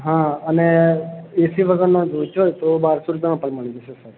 હા અને એસી વગરનો જોઈતો હોય તો બારસો રૂપિયામાં પણ મળી જશે સર